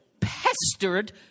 pestered